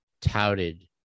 touted